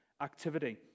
activity